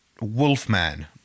Wolfman-